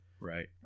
Right